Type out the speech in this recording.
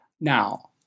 Now